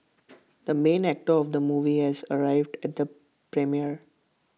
the main actor of the movie has arrived at the premiere